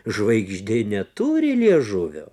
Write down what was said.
žvaigždė neturi liežuvio